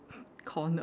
corner